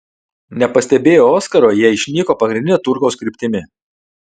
nepastebėję oskaro jie išnyko pagrindinio turgaus kryptimi